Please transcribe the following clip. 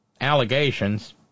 allegations